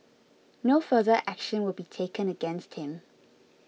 no further action will be taken against him